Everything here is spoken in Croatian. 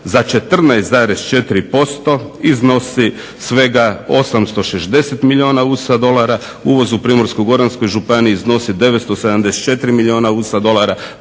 za 14,4% iznosi svega 860 milijuna USA dolara. Uvoz u Primorsko-goranskoj županiji iznosi 974 milijuna USA dolara,